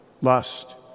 Lust